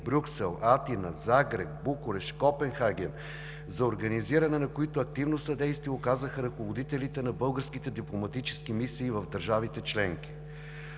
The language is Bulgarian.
Брюксел, Атина, Загреб, Букурещ, Копенхаген, за организиране на които активно съдействие оказаха ръководителите на българските дипломатически мисии в държавите членки.